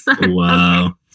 Wow